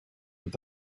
with